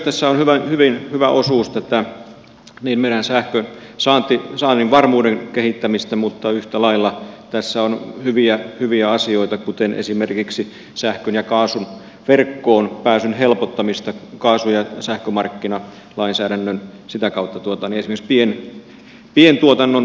tässä on myös hyvä osuus tätä meidän sähkönsaannin varmuuden kehittämistä mutta yhtä lailla tässä on hyviä asioita kuten esimerkiksi sähkön ja kaasun verkkoonpääsyn helpottamista kaasu ja sähkömarkkinalainsäädännön kautta esimerkiksi pientuotannon mahdollistamista